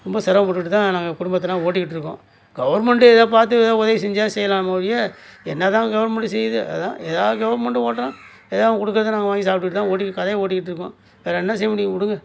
ரொம்ப சிரமப்பட்டுட்டு தான் நாங்கள் குடும்பத்தெலாம் ஓட்டிக்கிட்டு இருக்கோம் கவர்மெண்ட்டு ஏதோ பார்த்து ஏதோ உதவி செஞ்சால் செய்யலாமே ஒழிய என்னதான் கவர்மெண்ட்டு செய்து அதுதான் ஏதாது கவர்மெண்ட்டு ஓட்டணும் ஏதாது அவங்க கொடுக்கறத நாங்கள் வாங்கி சாப்பிட்டுக்கிட்டு தான் ஓட்டிட்டு கதைய ஓட்டிக்கிட்டு இருக்கோம் வேறே என்ன செய்ய முடியும் விடுங்க